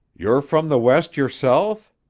you're from the west yourself?